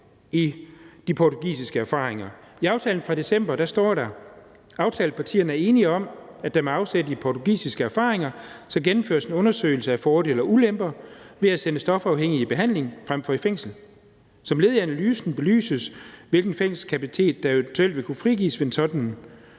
I aftalen fra december står der: »Aftalepartierne er enige om, at der med afsæt i portugisiske erfaringer skal gennemføres en undersøgelse af fordele og ulemper ved at sende stofafhængige i behandling fremfor i fængsel. Som led i undersøgelsen belyses, hvilken fængselskapacitet der eventuelt vil kunne frigives ved en sådan